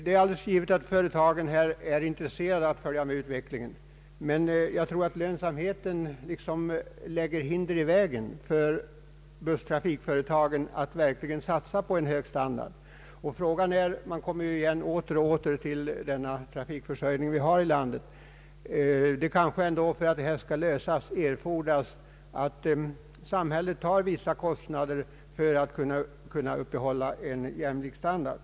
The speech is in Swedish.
Det är givet att företagen är intresserade av att följa med i utvecklingen, men jag tror att lönsamhetsfrågan lägger hinder i vägen för busstrafikföreta gen när det gäller att verkligen satsa på en hög standard. Åter och åter kommer man igen till frågan om trafikförsörjningen här i landet. För att problemet skall lösas kanske det ändå erfordras att samhället tar vissa kostnader i syfte att kunna uppehålla en jämlik standard.